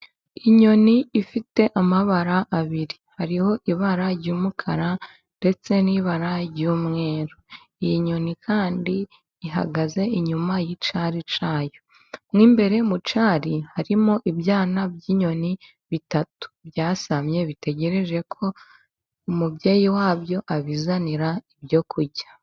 Inyoni ifite amabara abiri, hariho ibara ry'umukara ndetse n'ibara ry'umweru, iyi nyoni kandi ihagaze inyuma y'icyari cyayo, mwo imbere mu cyari harimo ibyana by'inyoni bitatu byasamye bitegereje ko umubyeyi wabyo abizanira ibyo kurya.